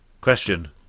question